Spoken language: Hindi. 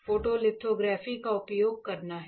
फोटोलिथोग्राफी का उपयोग करना है